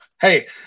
Hey